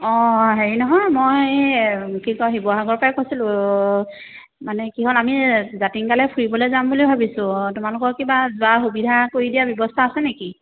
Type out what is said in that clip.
অঁ হেৰি নহয় মই কি কয় শিৱসাগৰ পৰাই কৈছিলোঁ মানে কিহ'ল আমি জাতিংগালৈ ফুৰিবলৈ যাম বুলি ভাবিছোঁ তোমালোকৰ কিবা যোৱা সুবিধা কৰি দিয়া ব্যৱস্থা আছে নেকি